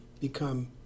become